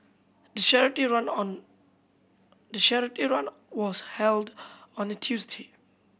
the charity run on the charity run was held on a Tuesday